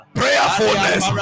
prayerfulness